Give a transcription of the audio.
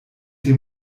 dem